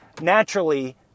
naturally